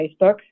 Facebook